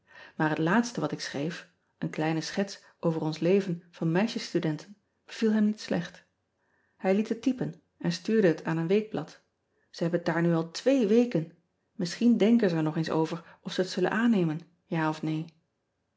aar het laatste wat ik schreef een kleine schets over ons leven van meisjes studenten beviel hem niet slecht ij liet het typen en stuurde het aan een weekblad e hebben het daar nu al twee weken misschien denken ze er nog eens over of ze het zullen aannemen ja of neen